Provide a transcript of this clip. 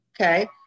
okay